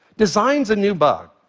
designs a new bug.